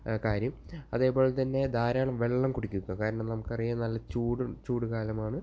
കാര്യം അതേപോലെതന്നെ ധാരാളം വെള്ളം കുടിക്കുക കാരണം നമുക്കറിയാം നല്ല ചൂട് ചൂടുകാലമാണ്